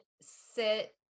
sit